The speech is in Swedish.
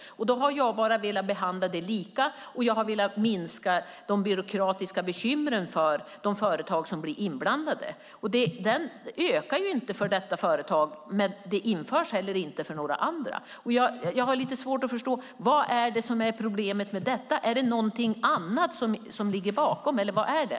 Då har jag bara velat åstadkomma en likabehandling och velat minska de byråkratiska bekymren för de företag som blir inblandade. De ökar inte för det aktuella företaget, och det införs inte heller för några andra. Jag har lite svårt att förstå vad som är problemet med detta. Är det något annat som ligger bakom, eller vad är det?